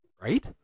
Right